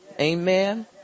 Amen